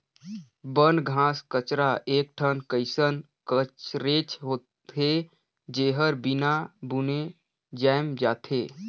बन, घास कचरा एक ठन कइसन कचरेच होथे, जेहर बिना बुने जायम जाथे